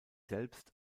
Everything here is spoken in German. selbst